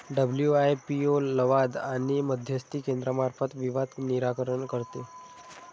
WIPO लवाद आणि मध्यस्थी केंद्रामार्फत विवाद निराकरण करते